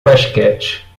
basquete